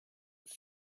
and